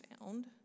found